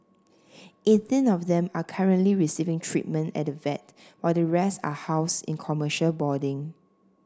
eighteen of them are currently receiving treatment at the vet while the rest are housed in commercial boarding